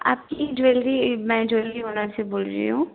आपकी ज्वेलरी मैं jewellery owner से बोल रही हूँ